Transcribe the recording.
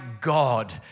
God